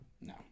No